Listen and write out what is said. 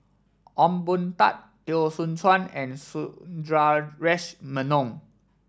Ong Boon Tat Teo Soon Chuan and Sundaresh Menon